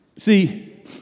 See